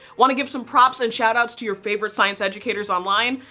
want to give some props and shout outs to your favorite science educators online?